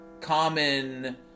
common